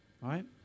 right